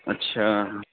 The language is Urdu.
اچھا